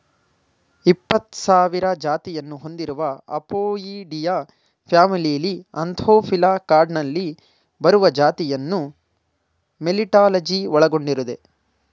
ಇಪ್ಪತ್ಸಾವಿರ ಜಾತಿಯನ್ನು ಹೊಂದಿರುವ ಅಪೊಯಿಡಿಯಾ ಫ್ಯಾಮಿಲಿಲಿ ಆಂಥೋಫಿಲಾ ಕ್ಲಾಡ್ನಲ್ಲಿ ಬರುವ ಜಾತಿಯನ್ನು ಮೆಲಿಟಾಲಜಿ ಒಳಗೊಂಡಿದೆ